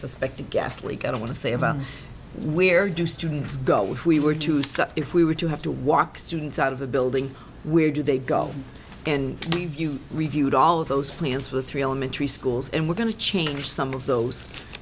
suspected gas leak i don't want to say about where do students go out which we were to so if we were to have to walk students out of the building where do they go and review reviewed all of those plans for the three elementary schools and we're going to change some of those